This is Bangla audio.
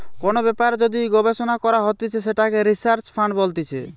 কোন ব্যাপারে যদি গবেষণা করা হতিছে সেটাকে রিসার্চ ফান্ড বলতিছে